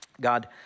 God